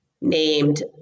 named